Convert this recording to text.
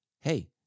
hey